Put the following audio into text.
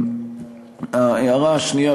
ההערה השנייה,